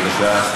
בבקשה.